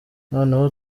noneho